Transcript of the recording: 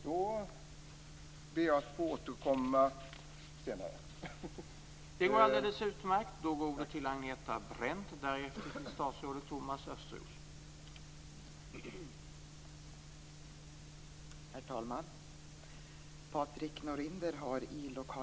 Jag ber att få återkomma senare.